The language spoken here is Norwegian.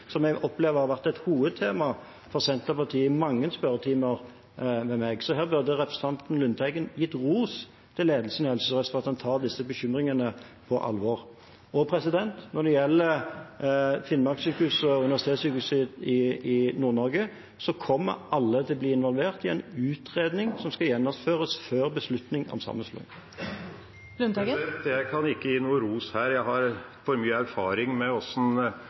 som jeg opplever har vært et hovedtema for Senterpartiet i mange spørretimer med meg. Representanten burde gitt ros til ledelsen i Helse Sør-Øst for at de tar disse bekymringene på alvor. Når det gjelder Finnmarkssykehuset og Universitetssykehuset Nord-Norge, kommer alle til å bli involvert i en utredning som skal gjennomføres før beslutning om sammenslåing. Per Olaf Lundteigen – til oppfølgingsspørsmål. Jeg kan ikke gi noe ros her. Jeg har for mye erfaring med